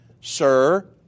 Sir